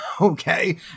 okay